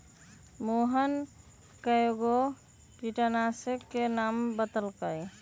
मोहन कै गो किटनाशी के नामो बतलकई